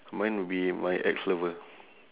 mine would be my ex lover